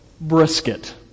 brisket